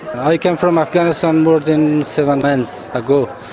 i came from afghanistan more than seven months ago.